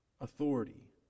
Authority